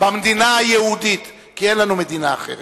במדינה היהודית, כי אין לנו מדינה אחרת,